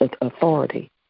authority